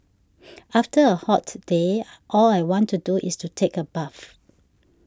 after a hot day all I want to do is to take a bath